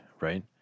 right